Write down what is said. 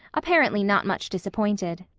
apparently not much disappointed.